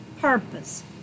purpose